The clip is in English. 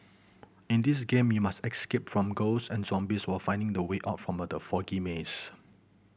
in this game you must escape from ghost and zombies while finding the way out from the foggy maze